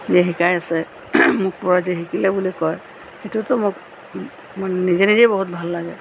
যে শিকাই আছে মোক কয় যে শিকিলে বুলি কয় সেইটোতো মোক মোৰ নিজে নিজেই বহুত ভাল লাগে